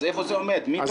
אנחנו התעכבנו בגלל זה.